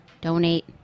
Donate